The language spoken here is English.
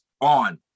on